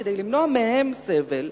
כדי למנוע מהם סבל,